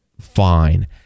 fine